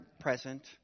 present